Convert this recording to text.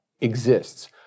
exists